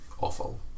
awful